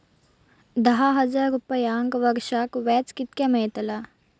दहा हजार रुपयांक वर्षाक व्याज कितक्या मेलताला?